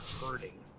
hurting